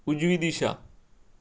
उजवी दिशा